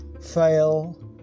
fail